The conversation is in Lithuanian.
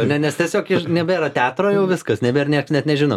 ne nes tiesiog nebėra teatro jau viskas nebėr nieks net nežino